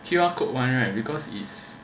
Q_R code [one] right because is